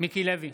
מיקי לוי,